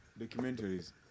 Documentaries